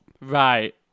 Right